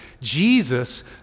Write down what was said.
Jesus